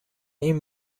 این